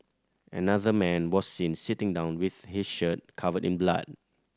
another man was seen sitting down with his shirt covered in blood